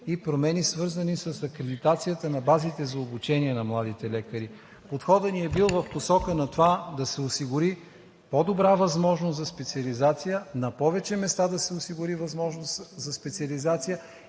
и промени, свързани с акредитацията на базите за обучение на младите лекари. Подходът ни е бил в посока на това да се осигури по-добра възможност за специализация, на повече места да се осигури възможност за специализация